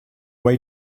way